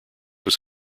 was